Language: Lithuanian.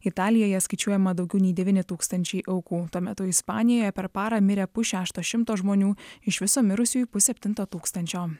italijoje skaičiuojama daugiau nei devyni tūkstančiai aukų tuo metu ispanijoje per parą mirė pusšešto šimto žmonių iš viso mirusiųjų pusseptinto tūkstančio